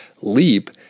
Leap